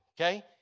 Okay